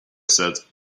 said